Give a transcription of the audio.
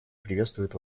приветствует